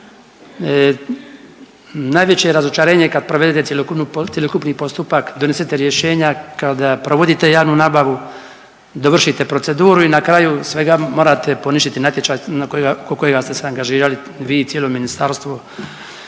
najveće je razočarenje kad provedete cjelokupni postupak, donesete rješenje kao da provodite javnu nabavu, dovršite proceduru i na kraju svega morate poništiti natječaj oko kojega ste se angažirali vi i cijelo ministarstvo